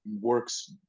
works